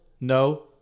No